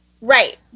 Right